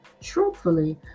Truthfully